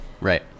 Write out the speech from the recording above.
right